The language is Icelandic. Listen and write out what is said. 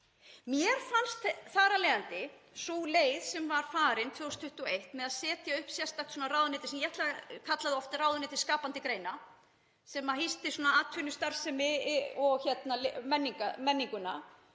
Mér fannst þar af leiðandi sú leið sem var farin 2021, að setja upp sérstakt ráðuneyti sem ég kallaði oft ráðuneyti skapandi greina, sem hýsti atvinnustarfsemi og menninguna